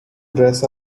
dress